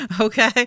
okay